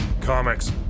comics